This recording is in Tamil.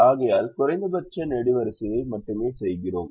ஆகையால் குறைந்தபட்ச நெடுவரிசையை மட்டுமே செய்கிறோம்